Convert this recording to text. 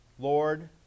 Lord